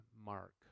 Mark